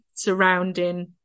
surrounding